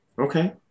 okay